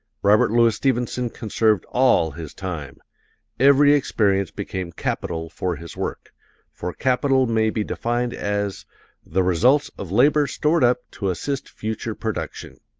robert louis stevenson conserved all his time every experience became capital for his work for capital may be defined as the results of labor stored up to assist future production.